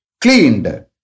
cleaned